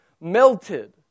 melted